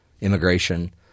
Immigration